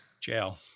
Jail